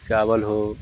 चावल हो